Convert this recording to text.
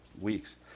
weeks